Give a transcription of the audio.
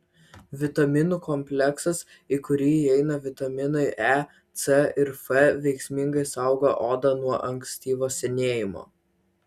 vitaminų kompleksas į kurį įeina vitaminai e c ir f veiksmingai saugo odą nuo ankstyvo senėjimo